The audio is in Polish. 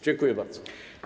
Dziękuję bardzo.